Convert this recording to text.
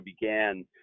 began